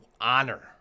honor